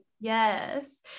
Yes